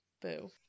boo